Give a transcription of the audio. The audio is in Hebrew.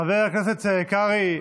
חבר הכנסת קרעי,